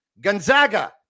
Gonzaga